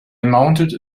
mounted